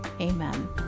amen